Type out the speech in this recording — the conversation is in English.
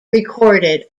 recorded